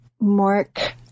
mark